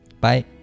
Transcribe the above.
Bye